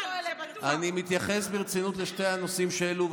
אני מתייחס ברצינות לשני הנושאים שהעלו,